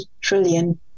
trillion